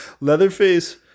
Leatherface